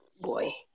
Boy